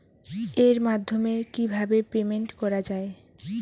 এর মাধ্যমে কিভাবে পেমেন্ট করা য়ায়?